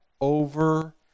over